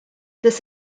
this